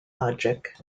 logic